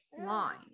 line